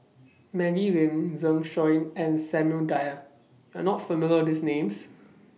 Maggie Lim Zeng Shouyin and Samuel Dyer YOU Are not familiar with These Names